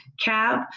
cab